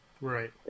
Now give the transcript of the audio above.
Right